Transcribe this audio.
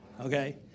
okay